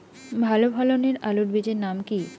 ভালো ফলনের আলুর বীজের নাম কি?